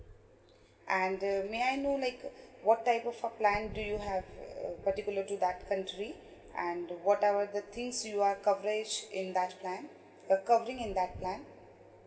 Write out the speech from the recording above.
and uh may I know like what type of a plan do you have uh particular to that country and what type of the things you are coverage in that plan uh covering in that plan